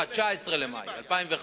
במאי 2005